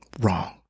wrong